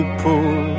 pool